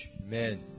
Amen